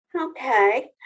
Okay